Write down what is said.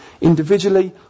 individually